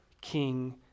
king